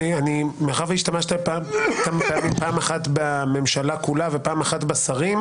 מאחר שהשתמשת פעם אחת בממשלה כולה ופעם אחת בשרים,